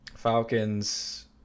Falcons